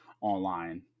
online